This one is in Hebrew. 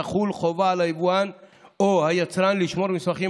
תחול חובה על היבואן או היצרן לשמור מסמכים